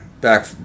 back